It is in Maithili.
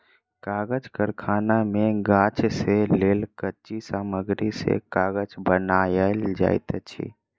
कागज़ कारखाना मे गाछ से लेल कच्ची सामग्री से कागज़ बनायल जाइत अछि